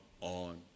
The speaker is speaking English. on